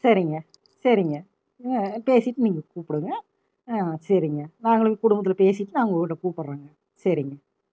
சரிங்க சரிங்க பேசிவிட்டு நீங்கள் கூப்பிடுங்க சரிங்க நாங்களும் குடும்பத்தில் பேசிவிட்டு நாங்கள் உங்கள்கிட்ட கூப்பிட்றோங்க சரிங்க